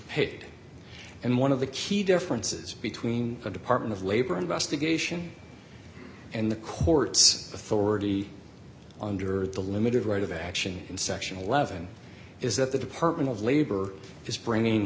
paid and one of the key differences between a department of labor investigation and the court's authority under the limited right of action in section eleven is that the department of labor is bringing